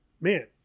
man